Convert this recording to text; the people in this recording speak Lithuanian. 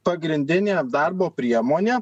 pagrindinė darbo priemonė